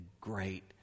great